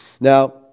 Now